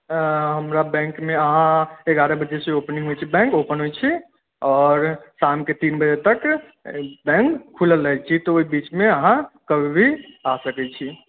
हमरा बैंक मे अहाँ एगारह बजे से ओपनिंग होइ छै बैंक ओपन होइ छै और शाम के तीन बजे तक बैंक खुलल रहै छै तऽ ओहि बीचमे अहाँ कभी भी आ सकै छी